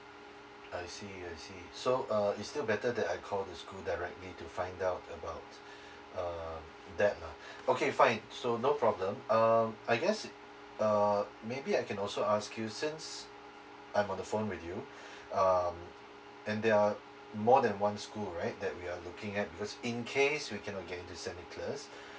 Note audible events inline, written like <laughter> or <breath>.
I see I see so uh is still better that I call the school directly to find out about uh that lah okay fine so no problem um I guess uh maybe I can also ask you since I'm on the phone with you <breath> um and there are more than one school right that we are looking at because in case we can not go into saint nicholas